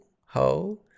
ho